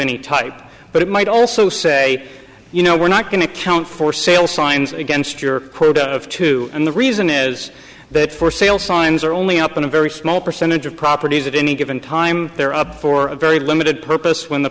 any type but it might also say you know we're not going to count for sale signs against your quota of two and the reason is that for sale signs are only up on a very small percentage of properties at any given time they're up for a very limited purpose when the